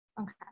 okay